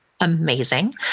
amazing